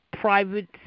private